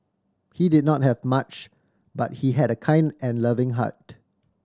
he did not have much but he had a kind and loving heart